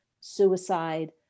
suicide